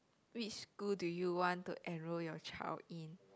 which school do you want to enroll your child in